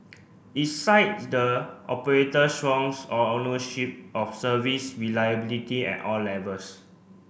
it size the operator strong ownership of service reliability at all levels